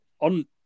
on